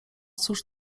cóż